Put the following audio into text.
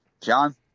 John